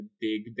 big